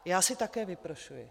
Já si také vyprošuji.